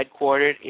headquartered